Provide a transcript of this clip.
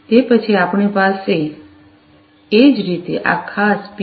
તે પછી આપણે એ જ રીતે આ ખાસ પી